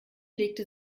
legte